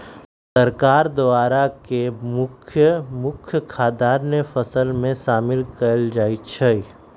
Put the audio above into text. सरकार द्वारा के मुख्य मुख्य खाद्यान्न फसल में शामिल कएल जाइ छइ